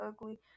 ugly